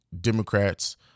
Democrats